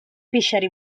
pixari